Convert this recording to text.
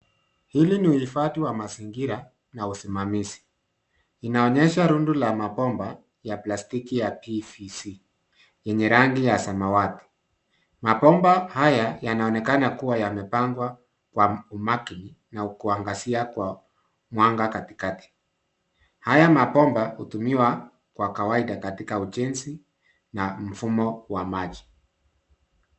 Hili ni uhifadhi la mazingira na usimamizi. Inaonyesha rundo la mabomba ya plastiki ya (cs)pvc(cs) yenye rangi ya samawati. Mabomba haya yanaonekana kuwa yamepangwa kwa umakili na kuangazia kwa mwanga katikati. Haya mabomba hutumiwa mwa kawaida katika ujenzi na mfumo wa maji.